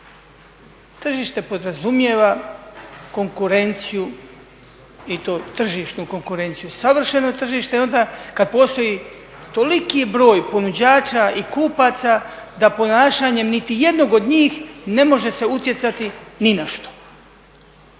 Tržište podrazumijeva konkurenciju i to tržišnu konkurenciju. Savršeno tržište je onda kad postoji toliki broj ponuđača i kupaca da ponašanjem niti jednog od njih ne može se utjecati ni na što,